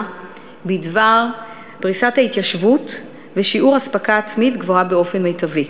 בדבר פריסת ההתיישבות ושיעור אספקה עצמית גבוהה באופן מיטבי,